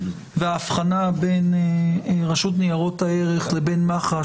והאבחנה בין הרשות לניירות ערך לבין מח"ש